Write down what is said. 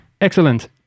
Excellent